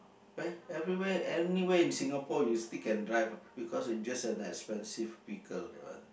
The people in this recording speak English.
everywhere anywhere in Singapore you stick and drive what because it's just an expensive vehicle that one